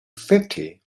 fifty